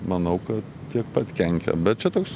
manau kad tiek pat kenkia bet čia toks